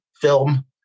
film